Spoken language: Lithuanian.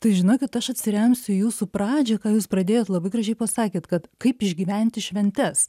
tai žinokit aš atsiremsiu į jūsų pradžią ką jūs pradėjot labai gražiai pasakėt kad kaip išgyventi šventes